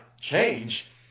Change